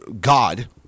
God